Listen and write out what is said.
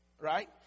Right